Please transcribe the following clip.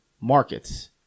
markets